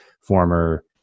former